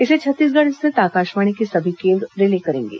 इसे छत्तीसगढ़ स्थित आकाशवाणी के सभी केंद्र रिले करेंगे